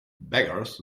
beggars